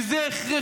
כי זה הכרחי,